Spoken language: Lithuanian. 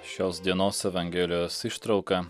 šios dienos evangelijos ištrauka